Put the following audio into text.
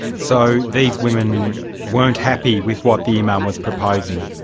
so these women weren't happy with what the imam was proposing?